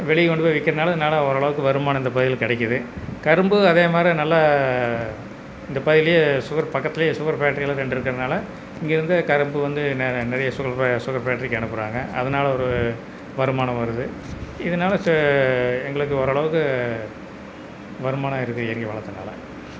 வெளியே கொண்டு போய் விக்கிறதுனால நல்லா ஓரளவுக்கு வருமானம் இந்த பகுதியில் கிடைக்கிது கரும்பு அதே மாரி நல்ல இந்த பகுதியில் சுகர் பக்கத்துலேயே சுகர் ஃபேக்ட்ரிலாம் ரெண்டுருக்கறனால இங்கேருந்தே கரும்பு வந்து நிறைய சுகல் சுகர் ஃபேக்ட்ரிக்கு அனுப்புகிறாங்க அதுனால் ஒரு வருமானம் வருது இதனால எங்களுக்கு ஓரளவுக்கு வருமானம் இருக்கு எங்கள் வளத்தினால